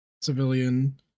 civilian